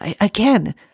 again